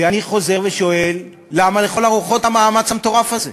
ואני חוזר ושואל: למה לכל הרוחות המאמץ המטורף הזה?